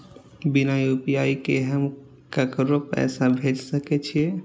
बिना यू.पी.आई के हम ककरो पैसा भेज सके छिए?